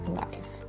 life